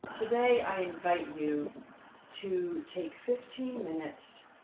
today, i invite you to take fifteen minutes,